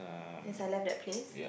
this I like that place